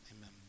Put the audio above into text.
Amen